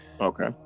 Okay